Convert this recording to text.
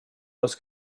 was